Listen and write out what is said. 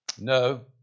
No